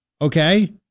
Okay